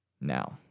Now